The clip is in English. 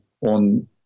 on